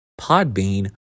Podbean